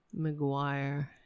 McGuire